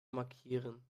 markieren